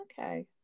Okay